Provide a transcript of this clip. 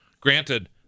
Granted